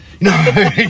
No